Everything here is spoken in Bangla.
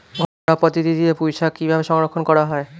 ঘরোয়া পদ্ধতিতে পুই শাক কিভাবে সংরক্ষণ করা হয়?